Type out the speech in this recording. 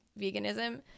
veganism